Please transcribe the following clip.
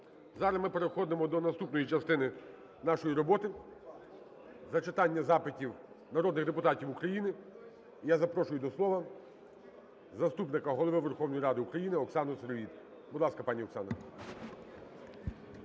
Зараз ми переходимо до наступної частини нашої роботи – зачитання запитів народних депутатів України. Я запрошую до слова заступника Голови Верховної Ради України Оксану Сироїд. Будь ласка, пані Оксана.